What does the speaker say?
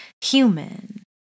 human